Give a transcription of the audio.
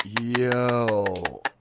Yo